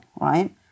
Right